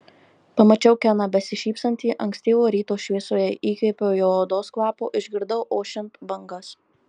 pamačiau keną besišypsantį ankstyvo ryto šviesoje įkvėpiau jo odos kvapo išgirdau ošiant bangas